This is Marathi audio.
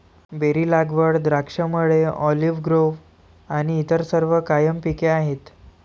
बेरी लागवड, द्राक्षमळे, ऑलिव्ह ग्रोव्ह आणि इतर सर्व कायम पिके आहेत